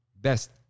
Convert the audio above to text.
best